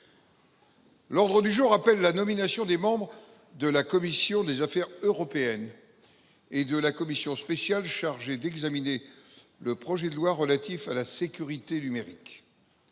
L’ordre du jour appelle la nomination des membres de la commission des affaires européennes et de la commission spéciale chargée d’examiner le projet de loi visant à sécuriser et